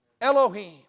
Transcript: Elohim